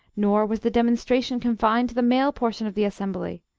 nor was the demonstration confined to the male portion of the assembly.